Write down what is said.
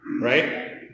right